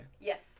Yes